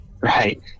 right